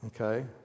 Okay